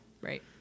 Right